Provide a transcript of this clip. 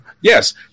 Yes